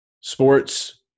sports